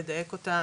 לדייק אותה,